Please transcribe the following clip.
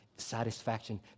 satisfaction